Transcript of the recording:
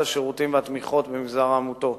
השירותים ואת התמיכות שלה במגזר העמותות,